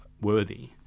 worthy